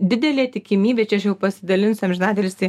didelė tikimybė čia aš jau pasidalinsiu amžinatilsį